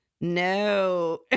no